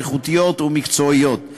היחס שלך בין זכויות הפרט לבין,